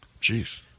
Jeez